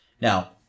Now